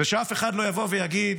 ושאף אחד לא יבוא ויגיד: